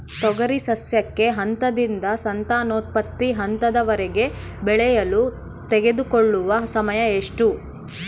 ತೊಗರಿ ಸಸ್ಯಕ ಹಂತದಿಂದ ಸಂತಾನೋತ್ಪತ್ತಿ ಹಂತದವರೆಗೆ ಬೆಳೆಯಲು ತೆಗೆದುಕೊಳ್ಳುವ ಸಮಯ ಎಷ್ಟು?